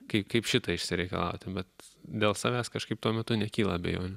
kaip kaip šitą išsireikalauti bet dėl savęs kažkaip tuo metu nekyla abejonių